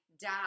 die